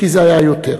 כי זה היה יותר.